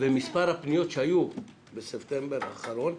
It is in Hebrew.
מספר הפניות שהיו בספטמבר האחרון,